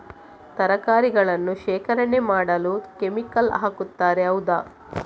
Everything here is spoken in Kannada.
ತರಕಾರಿಗಳನ್ನು ಶೇಖರಣೆ ಮಾಡಲು ಕೆಮಿಕಲ್ ಹಾಕುತಾರೆ ಹೌದ?